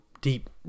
deep